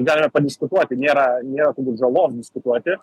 galime padiskutuoti nėra nėra turbūt žalos diskutuoti